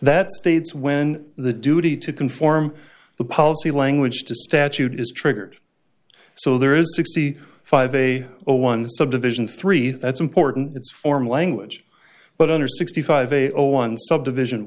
that states when the duty to conform the policy language to statute is triggered so there is sixty five a day or one subdivision three that's important it's form language but under sixty five a or one subdivision